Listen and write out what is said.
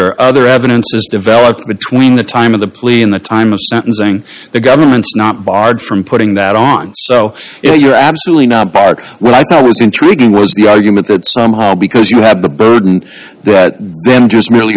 or other evidence is developed between the time of the plea and the time of sentencing the government is not barred from putting that on so you're absolutely not what i thought was intriguing was the argument that somehow because you have the burden that then just merely